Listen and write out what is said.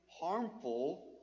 harmful